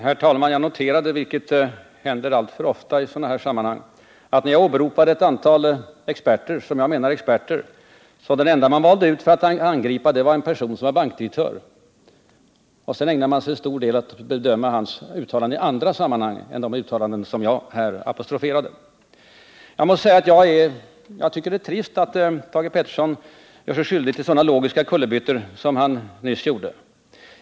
Herr talman! Jag noterade att när jag åberopade ett antal personer som enligt min mening är experter valde mina opponenter endast ut en bankdirektör och angrep honom. Man ägnade en stor del av tiden åt att bedöma hans uttalanden i andra sammanhang och inte de uttalanden som jag tog upp. Sådant händer tyvärr alltför ofta i sådana här sammanhang. Jag tycker att det är trist att Thage Peterson gör sig skyldig till upprepade logiska kullerbyttor.